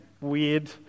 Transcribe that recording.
weird